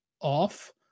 off